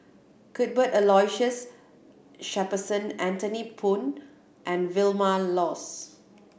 Cuthbert Aloysius Shepherdson Anthony Poon and Vilma Laus